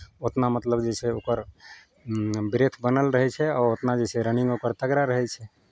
उतना मतलब जे छै ओकर ब्रेथ बनल रहै छै आओर उतना जे छै रनिंगमे ओकर तगड़ा रहै छै